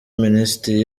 minisitiri